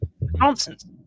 Nonsense